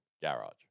garage